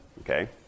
Okay